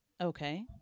Okay